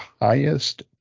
highest